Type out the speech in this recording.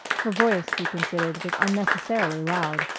her voice, he considered, was unnecessarily loud.